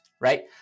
right